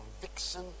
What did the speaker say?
conviction